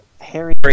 Harry